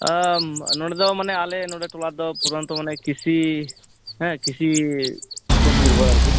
ᱱᱚᱰᱮ ᱫᱚ ᱢᱟᱱᱮ ᱟᱞᱮ ᱴᱚᱞᱟ ᱨᱮᱫᱚ ᱯᱩᱨᱚᱱᱛᱚ ᱢᱟᱱᱮ ᱠᱤᱥᱤ ᱦᱮᱸ ᱠᱤᱥᱤ ᱩᱯᱚᱨ ᱱᱤᱨᱵᱷᱚᱨ ᱟᱨᱠᱤ